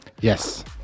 yes